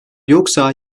yoksa